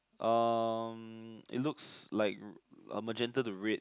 um it looks like a Magenta to red